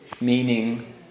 meaning